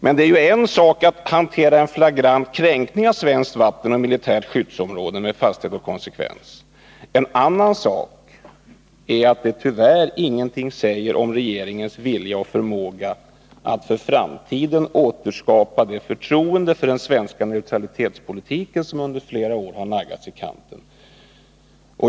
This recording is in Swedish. Men det är en sak att hantera en flagrant kränkning av svenskt vatten och militärt skyddsområde med fasthet och konsekvens, en annan sak att det tyvärr ingenting säger om regeringens vilja och förmåga att för framtiden återskapa det förtroende för den svenska neutralitetspolitiken som under flera år har naggats i kanten.